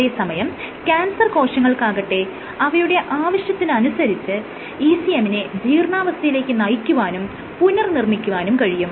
അതെ സമയം ക്യാൻസർ കോശങ്ങൾക്കാകട്ടെ അവയുടെ ആവശ്യത്തിനനുസരിച്ച് ECM നെ ജീർണ്ണാവസ്ഥയിലേക്ക് നയിക്കുവാനും പുനർനിർമ്മിക്കാനും കഴിയും